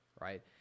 right